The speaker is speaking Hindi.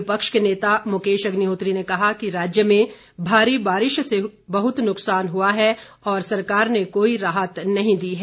विपक्ष के नेता मुकेश अग्निहोत्री ने कहा कि राज्य में भारी बारिश से बहुत नुकसान हुआ है और सरकार ने कोई राहत नहीं दी है